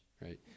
right